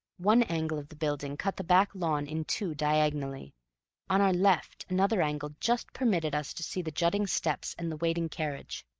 one angle of the building cut the back lawn in two diagonally on our left, another angle just permitted us to see the jutting steps and the waiting carriage.